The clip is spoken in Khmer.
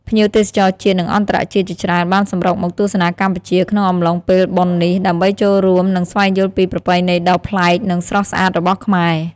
ភ្ញៀវទេសចរជាតិ និងអន្តរជាតិជាច្រើនបានសម្រុកមកទស្សនាកម្ពុជាក្នុងអំឡុងពេលបុណ្យនេះ ដើម្បីចូលរួម និងស្វែងយល់ពីប្រពៃណីដ៏ប្លែក និងស្រស់ស្អាតរបស់ខ្មែរ។